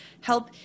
help